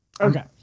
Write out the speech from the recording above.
Okay